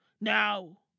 Now